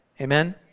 Amen